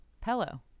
Pillow